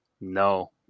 No